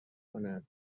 کند